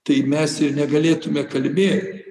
tai mes ir negalėtume kalbėt